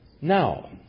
Now